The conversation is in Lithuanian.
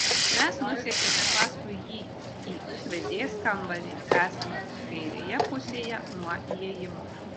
mes nusekėme paskui jį į ūkvedės kambarį esantį kairėje pusėje nuo įėjimo